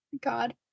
God